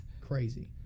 crazy